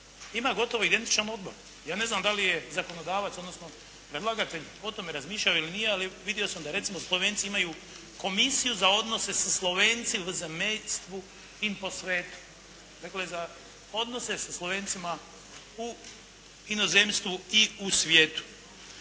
ima gotovo identičan odbor. Ja ne znam da li je zakonodavac, odnosno predlagatelj o tome razmišljao ili nije, ali vidio sam da recimo Slovenci imaju "Komisiju za odnose sa Slovenci v zemjstvu in po svetu". Dakle za odnose sa Slovencima u inozemstvu i u svijetu.